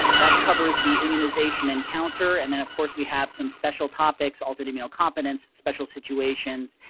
that covers the immunization encounter. and then of course, we have some special topics altered immune competence, special situations,